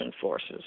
forces